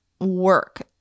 work